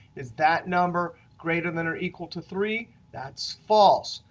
is that number greater than or equal to three? that's false.